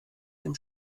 dem